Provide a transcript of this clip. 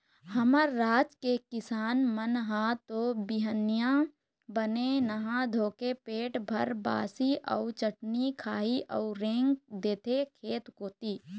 हमर राज के किसान मन ह तो बिहनिया बने नहा धोके पेट भर बासी अउ चटनी खाही अउ रेंग देथे खेत कोती